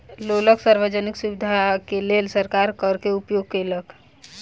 लोकक सार्वजनिक सुविधाक लेल सरकार कर के उपयोग केलक